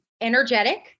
energetic